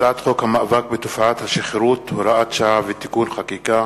הצעת חוק המאבק בתופעת השכרות (הוראת שעה ותיקון חקיקה),